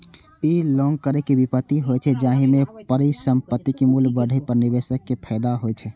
ई long केर विपरीत होइ छै, जाहि मे परिसंपत्तिक मूल्य बढ़ै पर निवेशक कें फायदा होइ छै